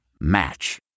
Match